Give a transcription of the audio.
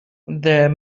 there